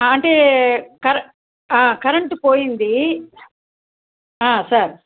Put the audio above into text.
అంటే కర కరెంటు పోయింది సార్